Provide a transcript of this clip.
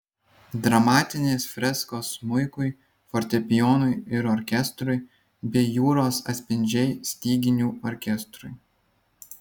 dramatinės freskos smuikui fortepijonui ir orkestrui bei jūros atspindžiai styginių orkestrui